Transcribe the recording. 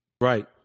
Right